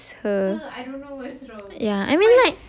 ya it's just her